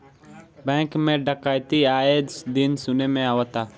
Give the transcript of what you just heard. bank में डकैती आये दिन सुने में आवता